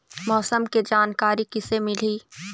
मौसम के जानकारी किसे मिलही?